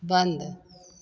बंद